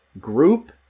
group